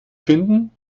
finden